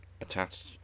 attached